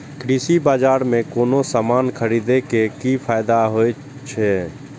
कृषि बाजार में कोनो सामान खरीदे के कि फायदा होयत छै?